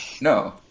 no